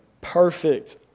perfect